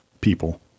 people